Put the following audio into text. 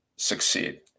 succeed